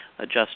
Adjust